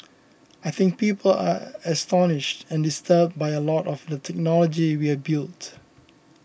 I think people are astonished and disturbed by a lot of the technology we have built